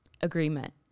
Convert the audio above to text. agreement